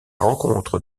rencontre